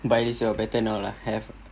but at least you are better now lah have